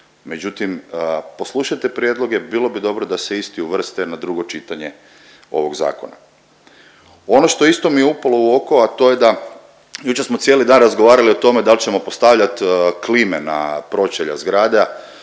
međutim poslušajte prijedloge, bilo bi dobro da se isti uvrste na drugo čitanje ovog zakona. Ono što isto mi upalo u oko, a to je da, jučer smo cijeli dan razgovarali o tome dal ćemo postavljat klime na pročelja zgrada,